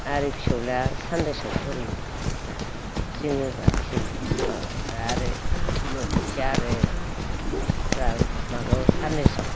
आरो फिसौलाया सानराइसआव फरायो दा जोङो गासै माबा आरो नख'रसेया आरो गथ'फ्रा माबायाव सानराइसआव